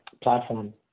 platform